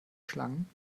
schlangen